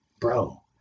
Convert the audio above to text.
bro